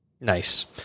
Nice